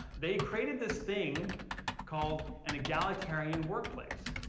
they created this thing called an egalitarian workplace.